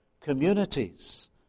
communities